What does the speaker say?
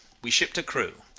we shipped a crew.